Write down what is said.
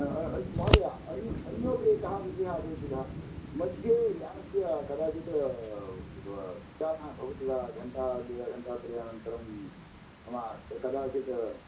महोदय अन्यो अन्योपि एकः विषयः अपेक्षितः मध्ये यानस्य कदाचित् स्थापना भवति वा घण्टाद्वया घण्टात्रयानन्तरं मम कदाचित्